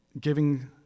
giving